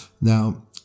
Now